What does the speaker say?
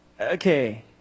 okay